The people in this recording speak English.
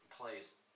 place